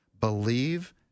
believe